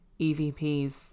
evps